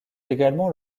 également